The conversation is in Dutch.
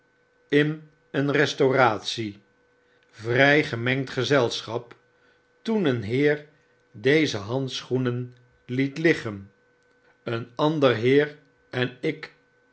in een restauratie vry gemengd gezelschap toen een heer deze handschoenen liet liggen een ander heer en ik